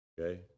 okay